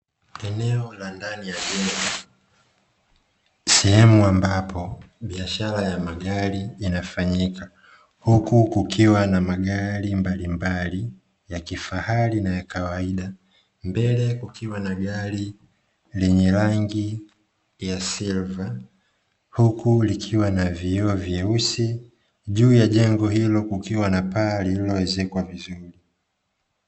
Eneo la ndani ya jengo sehemu ambapo biashara ya magari inafanyika, huku kukiwa na magari mbalimbali ya kifahari na kawaida mbele kukiwa na gari lenye rangi ya silva huku likiwa na vioo vyeusi, juu ya jengo hilo kukiwa na paa lililo ezekwa vizuri.